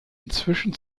inzwischen